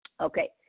Okay